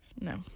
no